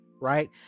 right